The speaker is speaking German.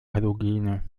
halogene